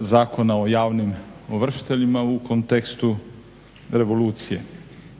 Zakona o javnim ovršiteljima u kontekstu revolucije.